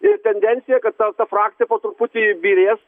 ir tendencija kad gal ta frakcija po truputį byrės